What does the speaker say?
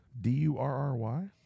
D-U-R-R-Y